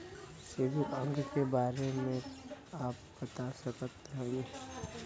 CIBIL अंक के बारे मे का आप बता सकत बानी?